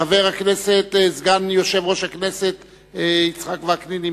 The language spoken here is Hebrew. חבר הכנסת סגן יושב-ראש הכנסת יצחק וקנין,